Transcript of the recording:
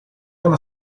una